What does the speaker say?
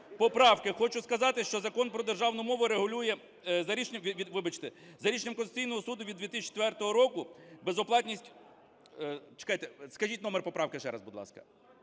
поправки. Хочу сказати, що Закон про державну мову регулює за рішенням, вибачте, за рішенням Конституційного Суду від 2004 року безоплатність… Чекайте, скажіть номер поправки ще раз, будь ласка.